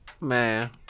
Man